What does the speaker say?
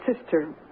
sister